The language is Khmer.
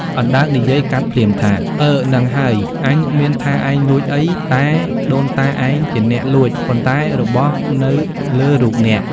អណ្ដើកនិយាយកាត់ភ្លាមថា៖ "អើហ្នឹងហើយ អញមានថាឯងលួចអី តែដូនតាឯងជាអ្នកលួច! ប៉ុន្តែរបស់នៅលើរូបអ្នក